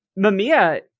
Mamiya